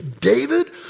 David